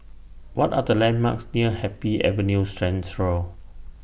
What Are The landmarks near Happy Avenue Central